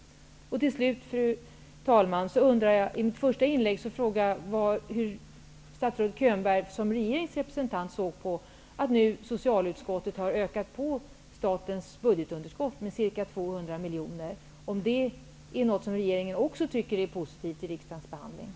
Fru talman! I mitt första inlägg frågade jag hur statsrådet Könberg som regeringens representant såg på detta att socialutskottet nu har ökat på statens budgetunderskott med ca 200 miljoner. Är det också något som regeringen tycker är positivt i riksdagsbehandlingen?